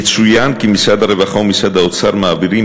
יצוין כי משרד הרווחה ומשרד האוצר מעבירים